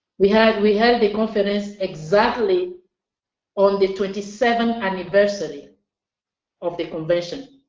we had we had the conference exactly on the twenty seventh anniversary of the convention.